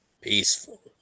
Peaceful